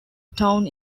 town